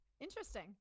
Interesting